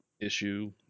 issue